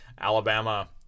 Alabama